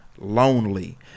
lonely